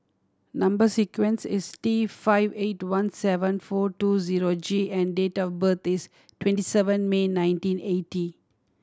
number sequence is T five eight two one seven four two zero G and date of birth is twenty seven May nineteen eighty